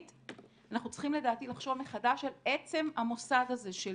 אנחנו צריכים לדעתי לחשוב מחדש על עצם המוסד הזה של